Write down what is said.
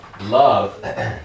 Love